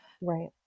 Right